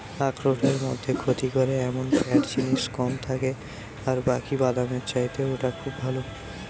আখরোটের মধ্যে ক্ষতি করে এমন ফ্যাট জিনিস কম থাকে আর বাকি বাদামের চাইতে ওটা খুব ভালো